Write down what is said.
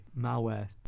malware